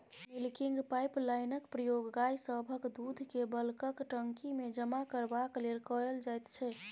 milking पाइपलाइनक प्रयोग गाय सभक दूधकेँ बल्कक टंकीमे जमा करबाक लेल कएल जाइत छै